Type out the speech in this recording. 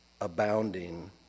abounding